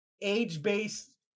age-based